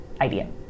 idea